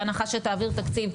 בהנחה שתעביר תקציב,